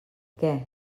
què